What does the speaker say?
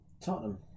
Tottenham